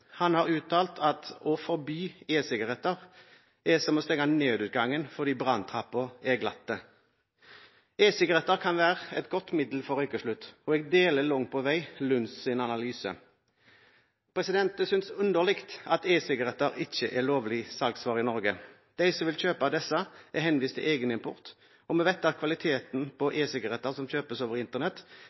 Han har uttalt at å forby e-sigaretter er som å stenge nødutgangen fordi branntrappa er glatt. E-sigaretter kan være et godt middel for røykeslutt, og jeg deler langt på vei Lunds analyse. Jeg synes det er underlig at e-sigaretter ikke er lovlig salgsvare i Norge. De som vil kjøpe disse, er henvist til egenimport, og vi vet at e-sigarettene som kjøpes over Internett,